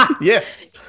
Yes